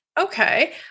Okay